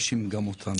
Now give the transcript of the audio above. גם לגביהם.